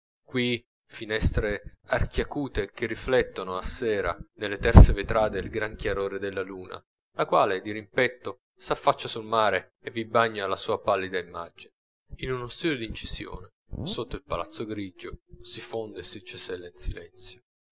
qui finestre archiacute che riflettono a sera nelle terse vetrate il gran chiarore della luna la quale di rimpetto s'affaccia sul mare e vi bagna la sua pallida immagine in uno studio d'incisione sotto il palazzo grigio si fonde e si cesella in silenzio